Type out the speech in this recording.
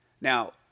Now